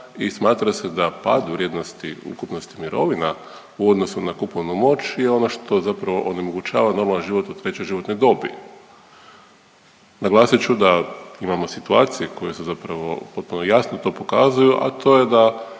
i smatra se da pad vrijednosti ukupnosti mirovina u odnosu na kupovnu moć je ono što zapravo onemogućava normalan život u trećoj životnoj dobi. Naglasit ću da imamo situacije koje su zapravo potpuno jasno to pokazuju, a to je da